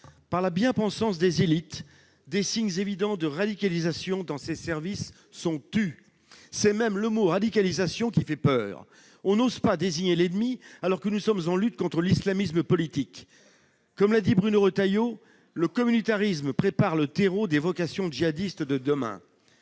Par la bien-pensance des élites, des signes évidents de radicalisation dans ces services sont tus. C'est même le mot radicalisation qui fait peur : on n'ose pas désigner l'ennemi, alors que nous sommes en lutte contre l'islamisme politique. Comme l'a dit Bruno Retailleau, le communautarisme prépare le terreau des vocations djihadistes de demain.